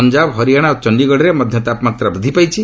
ପଞ୍ଜାବ ହରିୟାଣା ଓ ଚଣ୍ଡୀଗଡ଼ରେ ମଧ୍ୟ ତାପମାତ୍ରା ବୃଦ୍ଧି ପାଇଛି